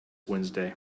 wednesday